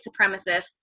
supremacists